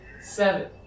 Seven